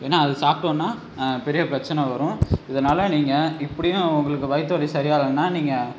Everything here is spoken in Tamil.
ஏன்னால் அது சாப்பிட்டோம்னா பெரிய பிரச்சின வரும் இதனால் நீங்கள் இப்படியும் உங்களுக்கு வயிற்று வலி சரி ஆகலைன்னா நீங்கள்